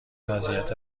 وضعیت